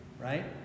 right